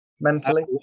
mentally